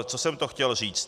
Co jsem to chtěl říct?